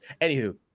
Anywho